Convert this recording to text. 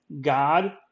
God